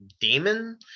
demon